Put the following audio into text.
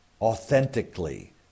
authentically